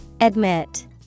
Admit